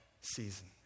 season